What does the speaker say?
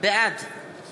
בעד